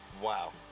Wow